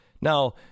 now